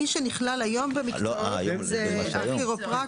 מי שנכלל היום זה הכירופרקט,